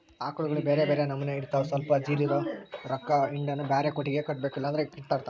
ಆಕಳುಗ ಬ್ಯೆರೆ ಬ್ಯೆರೆ ನಮನೆ ಇರ್ತವ ಸ್ವಲ್ಪ ಜೋರಿರೊ ಆಕಳ ಹಿಂಡನ್ನು ಬ್ಯಾರೆ ಕೊಟ್ಟಿಗೆಗ ಕಟ್ಟಬೇಕು ಇಲ್ಲಂದ್ರ ಕಿತ್ತಾಡ್ತಾವ